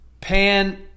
Pan